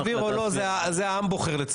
אם סביר או לא זה העם בוחר, לצערכם.